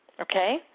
okay